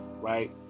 right